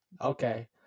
Okay